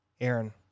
Aaron